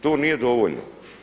To nije dovoljno.